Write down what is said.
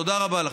תודה רבה לכם.